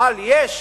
אבל יש